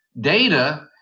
data